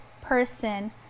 person